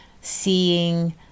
seeing